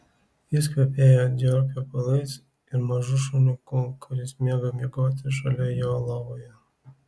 jis kvepėjo dior kvepalais ir mažu šuniuku kuris mėgo miegoti šalia jo lovoje